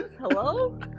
hello